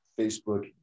Facebook